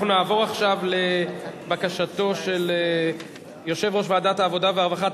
נעבור עכשיו לבקשתו של יושב-ראש ועדת העבודה והרווחה.